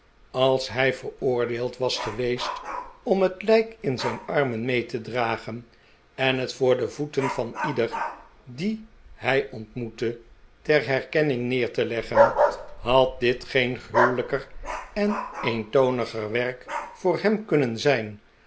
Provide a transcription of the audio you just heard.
als hij veroordeeld was geweest om het lijk in zijn armen mee te dragen en het voor de voeten van ieder dien hij ontmoette ter herkenning neer te leggen had dit geen gruwelijker en eentoniger werk voor hem kunnen zijn